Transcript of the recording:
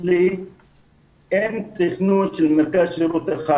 אצלי אין תכנון של מרכז שירות אחד.